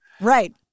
Right